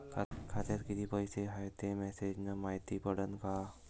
खात्यात किती पैसा हाय ते मेसेज न मायती पडन का?